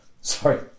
sorry